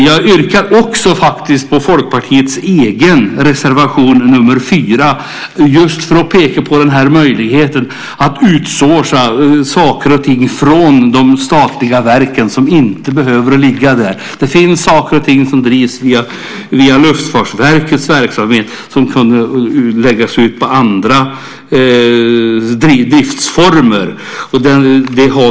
Jag vill också yrka bifall till Folkpartiets egen reservation 4 just för att peka på möjligheten att "outsourca" verksamheter från de statliga verken, verksamheter som inte behöver ligga där. Det finns saker och ting som drivs via Luftfartsverket och som skulle kunna läggas ut på andra driftsformer.